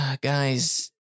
Guys